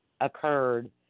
occurred